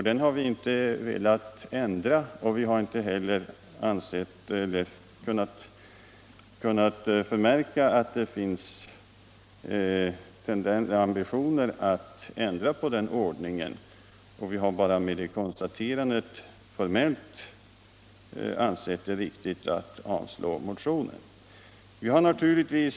Den har vi inte velat ändra, och vi har inte heller kunnat märka att det någon annanstans finns några ambitioner att ändra den. Vi har därför ansett det formellt riktigt att med detta konstaterande avstyrka motionen.